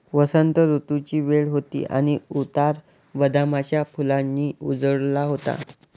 वसंत ऋतूची वेळ होती आणि उतार बदामाच्या फुलांनी उजळला होता